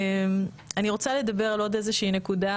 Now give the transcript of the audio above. אני רוצה לדבר על עוד נקודה.